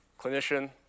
clinician